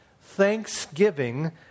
thanksgiving